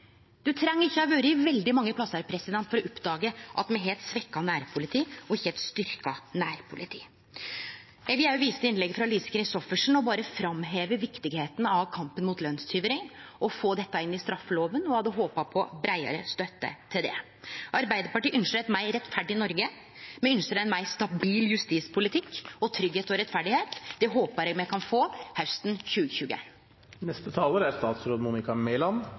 treng ikkje ha vore veldig mange plassar for å ha oppdaga at me har eit svekt nærpoliti, ikkje eit styrkt nærpoliti. Eg vil òg vise til innlegget til Lise Christoffersen og berre framheve kor viktig kampen mot lønstjuveri er – å få dette inn i straffelova. Eg hadde håpa på breiare støtte for det. Arbeidarpartiet ynskjer eit meir rettferdig Noreg, me ynskjer ein meir stabil justispolitikk og tryggleik og rettferd. Det håpar eg me kan få hausten